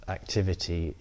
activity